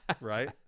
Right